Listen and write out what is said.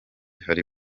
hari